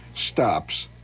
stops